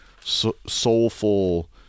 soulful